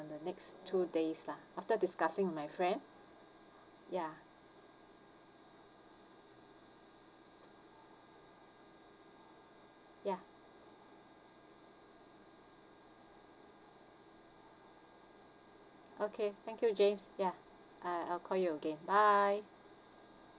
in the next two days lah after discussing with my friend ya ya okay thank you james ya I'll I'll call you again bye